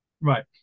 Right